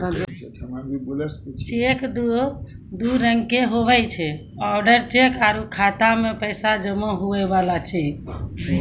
cheque दू रंगोके हुवै छै ओडर चेक आरु खाता मे पैसा जमा हुवै बला चेक